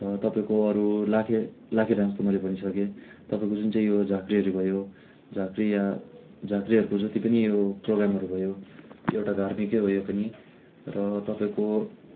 र तपाईँको अरू लाखे लाखे डान्स त मैले भनिसकेँ तपाईँको जुन चाहिँ यो झाँक्रीहरू भयो झाँँक्री या झाँक्रीहरूको जति पनि यो प्रोग्रामहरू भयो एउटा धार्मिकै हो यो पनि र तपाईँको